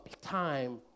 time